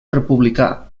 republicà